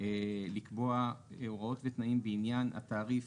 לקבוע הוראו ותנאים בעניין התעריף,